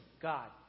God